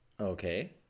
Okay